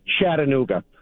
Chattanooga